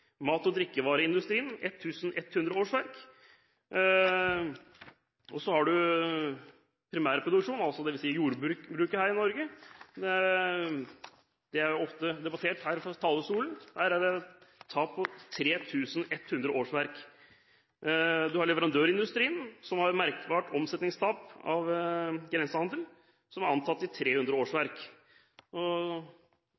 mat- og drikkevareindustrien, med et tap på ca. 1 100 årsverk. Så har man primærproduksjonen, dvs. jordbruket her i Norge. Det er jo ofte blitt debattert fra talerstolen. Her er det redusert med ca. 3 100 årsverk. Man har leverandørindustrien, som får et merkbart omsetningstap på grunn av grensehandelen, med antatt ca. 300